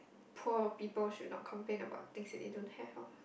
poor people should not complain about things that they don't have orh